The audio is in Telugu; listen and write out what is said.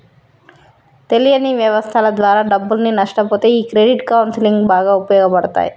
తెలియని వ్యవస్థల ద్వారా డబ్బుల్ని నష్టపొతే ఈ క్రెడిట్ కౌన్సిలింగ్ బాగా ఉపయోగపడతాయి